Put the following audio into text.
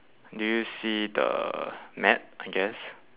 do you see the mat I guess